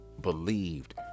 believed